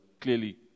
clearly